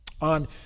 on